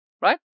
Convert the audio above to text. right